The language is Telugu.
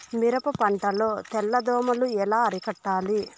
మిరప పంట లో తెల్ల దోమలు ఎలా అరికట్టాలి?